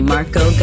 Marco